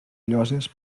lloses